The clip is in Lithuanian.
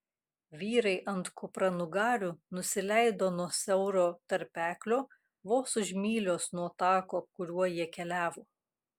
vyrai ant kupranugarių nusileido nuo siauro tarpeklio vos už mylios nuo tako kuriuo jie keliavo